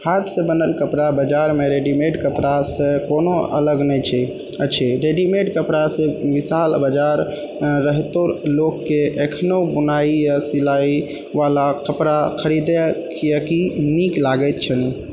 हाथसँ बनल कपड़ा बाजारमे रेडिमेड कपड़ासँ कोनो अलग नहि अछि रेडिमेड कपड़ासँ विशाल बाजार रहितो लोकके एखनो बुनाइ आओर सिलाइवला कपड़ा खरीदैए किआकि नीक लागै छै